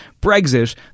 Brexit